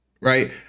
right